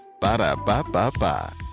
Ba-da-ba-ba-ba